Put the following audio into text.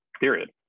period